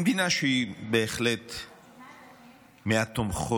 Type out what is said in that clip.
למדינה שהיא בהחלט מהתומכות,